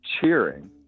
cheering